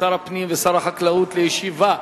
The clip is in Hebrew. שר הפנים ושר החקלאות לישיבה.